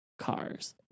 cars